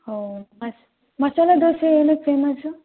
ಹೋ ಮಸ್ ಮಸಾಲೆ ದೋಸೆ ಏನಕ್ಕೆ ಫೇಮಸ್ಸು